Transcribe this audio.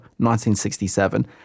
1967